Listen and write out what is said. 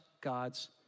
God's